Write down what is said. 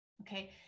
okay